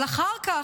אבל אחר כך,